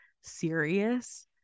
serious